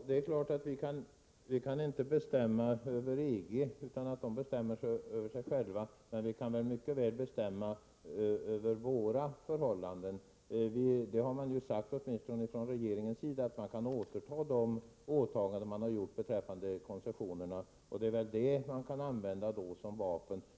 Herr talman! Det är klart att vi inte kan bestämma över EG, men vi kan mycket väl bestämma över våra förhållanden. Från regeringens sida har man sagt att man kan återta de åtaganden man har gjort beträffande koncessionerna och att det är detta man kan använda som vapen.